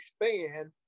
expand